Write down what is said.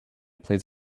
plays